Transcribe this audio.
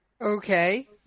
Okay